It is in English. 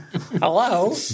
Hello